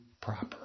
proper